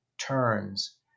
turns